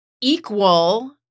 equal